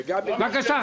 בבקשה,